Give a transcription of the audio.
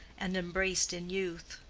and embraced in youth.